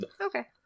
okay